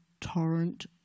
torrent